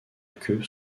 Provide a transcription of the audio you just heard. queue